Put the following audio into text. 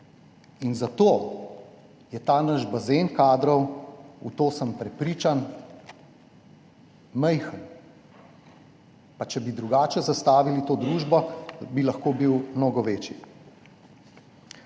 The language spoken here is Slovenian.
zato je ta naš bazen kadrov, v to sem prepričan, majhen. Če bi drugače zastavili to družbo, bi lahko bil mnogo večji.